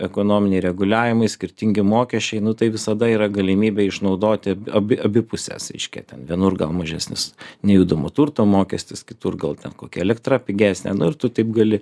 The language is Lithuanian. ekonominiai reguliavimai skirtingi mokesčiai nu tai visada yra galimybė išnaudoti ab abi abi puses reiškia ten vienur gal mažesnis nejudamo turto mokestis kitur gal ten kokia elektra pigesnė nu ir tu taip gali